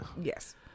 Yes